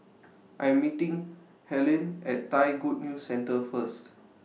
I'm meeting Helyn At Thai Good News Centre First